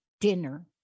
dinner